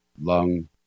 lung